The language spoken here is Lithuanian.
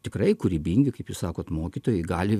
tikrai kūrybingi kaip jūs sakot mokytojai gali